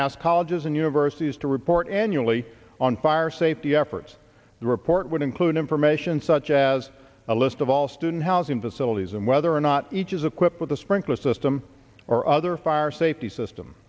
ask colleges and universities to report annually on fire safety the report would include information such as a list of all student housing facilities and whether or not each is equipped with a sprinkler system or other fire safety system